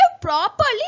properly